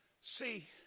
see